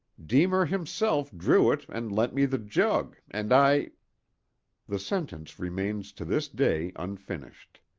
deemer himself drew it and lent me the jug, and i the sentence remains to this day unfinished.